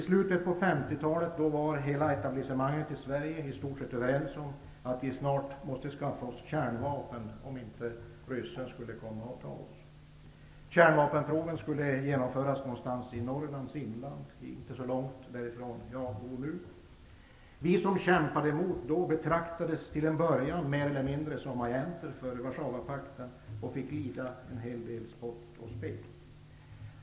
I slutet av 1950-talet var hela etablissemanget i Sverige i stort överens om att vi snart måste skaffa oss kärnvapen för att inte ryssen skulle komma och ta oss. Kärnvapenproven skulle genomföras någonstans i Norrlands inland -- inte så långt från den plats där jag bor nu. Vi som kämpade emot då betraktades till en början mer eller mindre som agenter för Warszawapakten och blev utsatta för en hel del spott och spe.